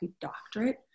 doctorate